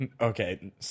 Okay